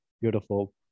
beautiful